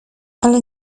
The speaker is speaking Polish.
ale